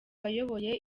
bayoboye